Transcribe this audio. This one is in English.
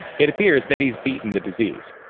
it appears that he's beaten the disease.